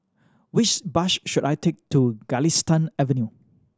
which bus should I take to Galistan Avenue